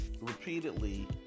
repeatedly